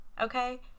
okay